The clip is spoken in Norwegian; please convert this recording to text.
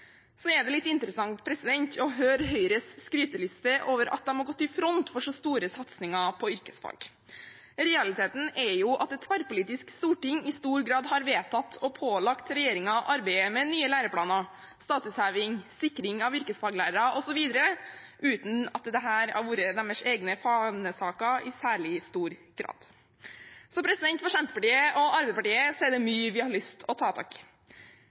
er litt interessant å høre Høyres skryteliste over at de har gått i front for så store satsinger på yrkesfag. Realiteten er at et tverrpolitisk storting i stor grad har vedtatt og pålagt regjeringen arbeidet med nye læreplaner, statusheving, sikring av yrkesfaglærere osv., uten at dette har vært deres egne fanesaker i særlig stor grad. For Senterpartiet og Arbeiderpartiet er det mye vi har lyst til å ta tak